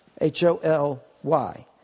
H-O-L-Y